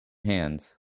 hands